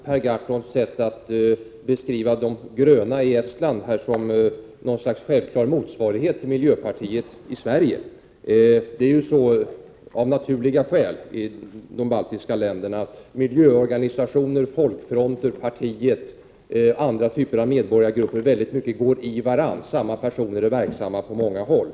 Fru talman! Jag vill bara reagera mot Per Gahrtons sätt att beskriva de gröna i Estland som något slags självklar motsvarighet till miljöpartiet i Sverige. Av naturliga skäl är det så i de baltiska länderna att miljöorganisationer, folkfronter, partiet och andra typer av medborgargrupper går mycket i varandra. Samma personer är verksamma på många håll.